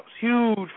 huge